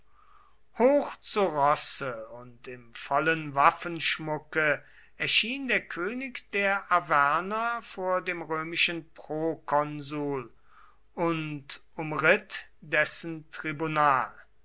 hoch zu roß und im vollen waffenschmucke erschien der könig der arverner vor dem römischen prokonsul und umritt dessen tribunal